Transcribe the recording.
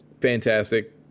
fantastic